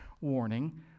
warning